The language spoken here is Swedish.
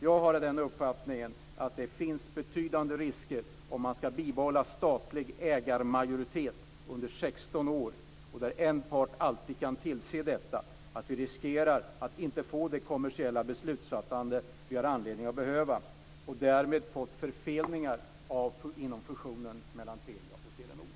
Jag är av den uppfattningen att det finns betydande risker om man ska behålla statlig ägarmajoritet under 16 år där en part alltid kan tillse detta. Vi riskerar att inte få det kommersiella beslutsfattande vi behöver. Därmed kan vi få förfelningar inom fusionen mellan Telia och Telenor.